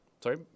Sorry